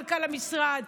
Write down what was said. מנכ"ל המשרד,